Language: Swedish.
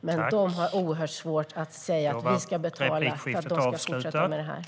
Men de har oerhört svårt att säga att vi ska betala för att de ska fortsätta med detta.